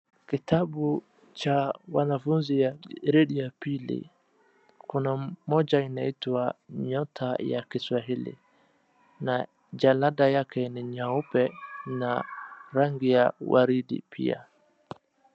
Kitabu cha wanafunzi ya gredi ya pili. Kuna moja inaitwa nyota ya kiswahili, na jalada yake ni nyeupe na rangi ya waridi pia.